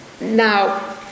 Now